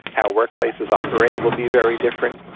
how workplaces operate will be very different.